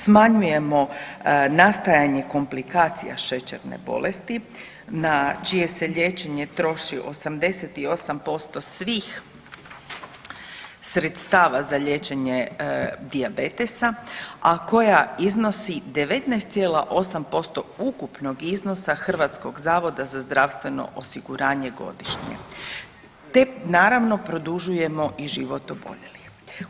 Smanjujemo nastajanje komplikacija šećerne bolesti na čije se liječenje troši 88% svih sredstava za liječenje dijabetesa a koja iznosi 19,8% ukupnog iznosa Hrvatskog zavoda za zdravstveno osiguranje godišnje, te naravno produžujemo i život oboljelih.